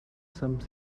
some